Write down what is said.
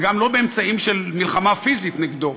וגם לא באמצעים של מלחמה פיזית נגדו,